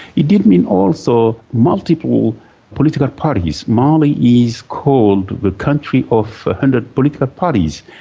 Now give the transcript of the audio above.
it did mean also multiple political parties. mali is called the country of a hundred political parties.